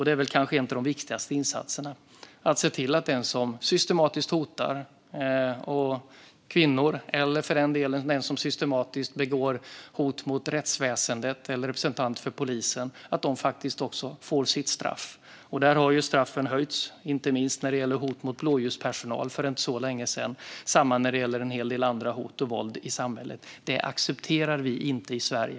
En av de kanske viktigaste insatserna är att se till att de som systematiskt hotar antingen kvinnor eller rättsväsendet och representanter för polisen faktiskt också får sitt straff. Straffen har också höjts, inte minst när det gäller hot mot blåljuspersonal, för inte så länge sedan. Detsamma gäller en hel del andra hot och annat våld i samhället. Det accepterar vi inte i Sverige.